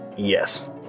Yes